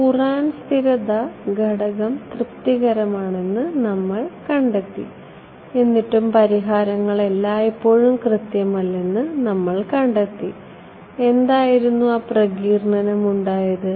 current സ്ഥിരത ഘടകം തൃപ്തികരമാണെന്ന് നമ്മൾ കണ്ടെത്തി എന്നിട്ടും പരിഹാരങ്ങൾ എല്ലായ്പ്പോഴും കൃത്യമല്ലെന്ന് നമ്മൾ കണ്ടെത്തി എന്തായിരുന്നു ആ പ്രകീർണനം ഉണ്ടായത്